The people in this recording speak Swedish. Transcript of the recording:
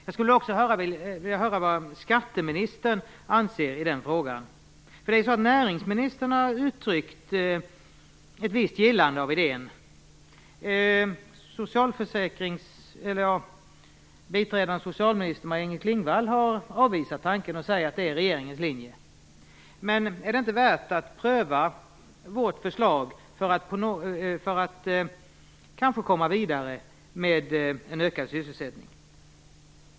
Jag skulle också vilja höra vad skatteministern anser i den frågan. Näringsministern har uttryckt ett visst gillande av den idéen. Biträdande socialminister Maj-Inger Klingvall har avvisat tanken och säger att detta är regeringens linje. Men vore det inte värt att pröva vårt förslag för att kanske komma vidare i arbetet för en ökad sysselsättning?